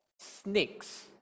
snakes